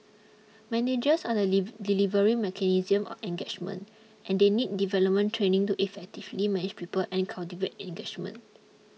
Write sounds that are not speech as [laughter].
managers are the [unintelligible] delivery mechanism of engagement and they need development training to effectively manage people and cultivate engagement